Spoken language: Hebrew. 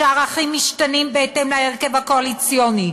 שערכים משתנים בהתאם להרכב הקואליציוני,